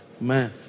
man